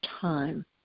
time